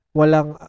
walang